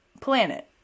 planet